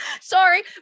Sorry